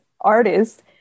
artists